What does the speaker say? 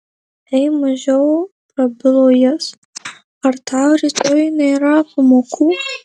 ei mažiau prabilo jis ar tau rytoj nėra pamokų